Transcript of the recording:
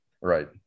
Right